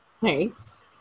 Thanks